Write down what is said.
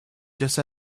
just